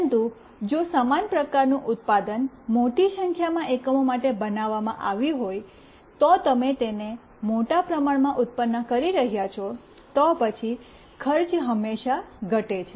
પરંતુ જો સમાન પ્રકારનું ઉત્પાદન મોટી સંખ્યામાં એકમો માટે બનાવવામાં આવ્યું હોય તો તમે તેને મોટા પ્રમાણમાં ઉત્પન્ન કરી રહ્યાં છો તો પછી ખર્ચ હંમેશા ઘટે છે